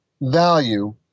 value